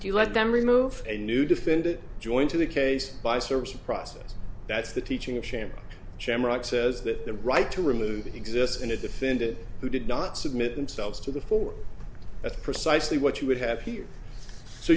to let them remove a new defendant joined to the case by service of process that's the teaching of shame shame rock says that the right to remove exists in a defendant who did not submit themselves to the fore that's precisely what you would have here so